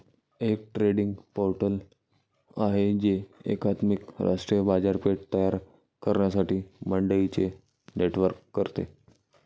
एक trading portal आहे जे एकात्मिक राष्ट्रीय बाजारपेठ तयार करण्यासाठी मंडईंचे नेटवर्क करते